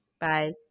Bye